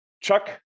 Chuck